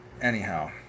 Anyhow